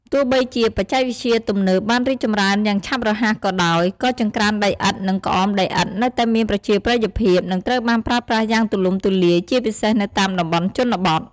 ទោះបីជាបច្ចេកវិទ្យាទំនើបបានរីកចម្រើនយ៉ាងឆាប់រហ័សក៏ដោយ ក៏ចង្ក្រានដីឥដ្ឋ និងក្អមដីឥដ្ឋនៅតែមានប្រជាប្រិយភាព និងត្រូវបានប្រើប្រាស់យ៉ាងទូលំទូលាយ ជាពិសេសនៅតាមតំបន់ជនបទ។